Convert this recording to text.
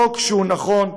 חוק שהוא נכון.